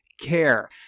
care